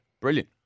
Brilliant